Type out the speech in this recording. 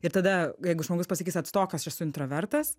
ir tada jeigu žmogus pasakys atstok aš esu intravertas